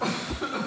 יעל וחיים,